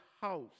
house